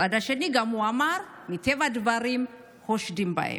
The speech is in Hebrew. מצד שני, הוא גם אמר: מטבע הדברים, חושדים בהם.